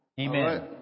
Amen